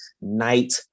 night